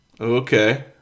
Okay